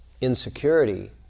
insecurity